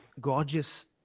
gorgeous